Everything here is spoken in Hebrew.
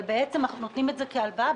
אבל בעצם אנחנו נותנים את זה כהלוואה.